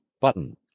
button